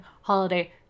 holiday